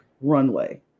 runway